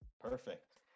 Perfect